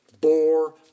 bore